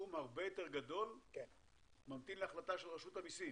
סכום הרבה יותר גדול להחלטת רשות המיסים.